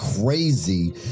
crazy